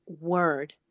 word